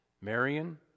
Marion